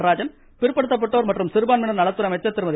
நடராஜன் பிற்படுத்தப்பட்டோர் மற்றும் சிறுபான்மையினர் நலத்துறை திருமதி